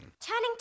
Turning